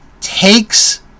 takes